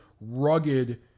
rugged